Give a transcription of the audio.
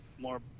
more